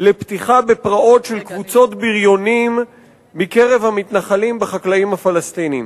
לפתיחה בפרעות של קבוצות בריונים מקרב המתנחלים בחקלאים הפלסטינים.